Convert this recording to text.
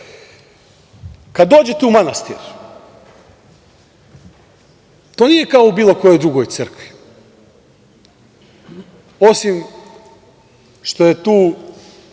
dođete u manastir, to je nije kao u bilo kojoj drugoj crkvi. Osim što je tu